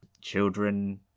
children